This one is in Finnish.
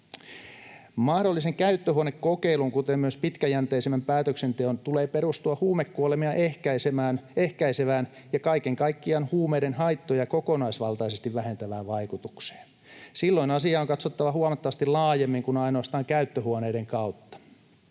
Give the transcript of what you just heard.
Mahdollisen käyttöhuonekokeilun, kuten myös pitkäjänteisemmän päätöksenteon, tulee perustua huumekuolemia ehkäisevään ja kaiken kaikkiaan huumeiden haittoja kokonaisvaltaisesti vähentävään vaikutukseen. Silloin asiaa on katsottava huomattavasti laajemmin kuin ainoastaan käyttöhuoneiden kautta,